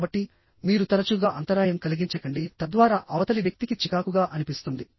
కాబట్టిమీరు తరచుగా అంతరాయం కలిగించకండితద్వారా అవతలి వ్యక్తికి చికాకుగా అనిపిస్తుంది